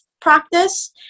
practice